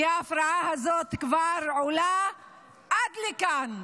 כי ההפרעה הזאת כבר עולה עד לכאן,